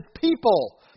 people